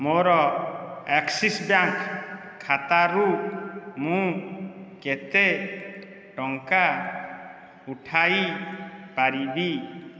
ମୋର Axis bank ଖାତାରୁ ମୁଁ କେତେ ଟଙ୍କା ଉଠାଇ ପାରିବି